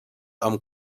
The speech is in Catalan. amb